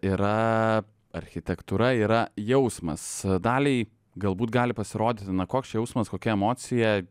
yra architektūra yra jausmas daliai galbūt gali pasirodyti koks čia jausmas kokia emocija